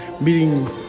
meeting